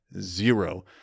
zero